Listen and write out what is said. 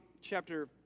chapter